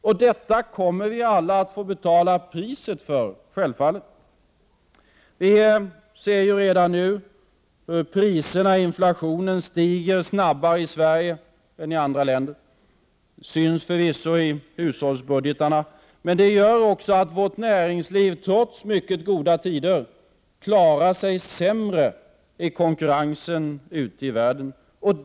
Och det kommer vi alla självfallet att få betala priset för. Vi ser redan nu hur priserna och inflationen stiger snabbare i Sverige än i andra länder. Det syns förvisso i hushållsbudgetarna. Men det gör också att vårt näringsliv, trots mycket goda tider, klarar sig sämre i konkurrensen ute i världen.